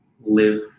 live